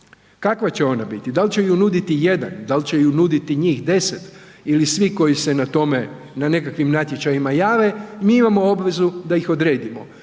kakva će ona biti, dal će ju nuditi jedan, dal će ju nuditi njih 10 ili svi koji se na tome, na nekakvim natječajima jave, mi imamo obvezu da ih odredimo.